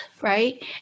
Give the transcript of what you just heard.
right